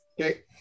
Okay